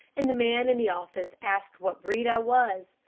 and the man in the office asked what breed i was,